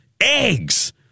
Eggs